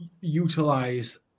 utilize